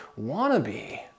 wannabe